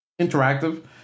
interactive